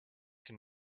can